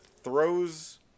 Throws